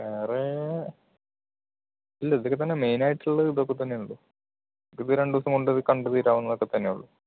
വേറെ ഇല്ല ഇതിൽ തന്നെ മെയ്നായിട്ടുള്ളത് ഇതൊക്കെ തന്നെയൊള്ളു ഇത് രണ്ട് ദിവസം കൊണ്ട് കണ്ട് തീരാവുന്നതൊക്കെ തന്നെ ഉള്ളു